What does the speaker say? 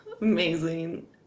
amazing